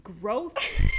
Growth